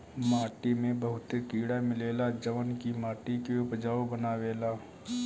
माटी में बहुते कीड़ा मिलेला जवन की माटी के उपजाऊ बनावेला